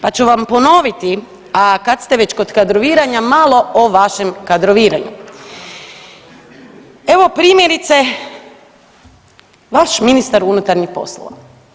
Pa ću vam ponoviti, a kad ste već kod kadroviranja malo o vašem kadroviranju, evo primjerice vaš ministar unutarnjih poslova.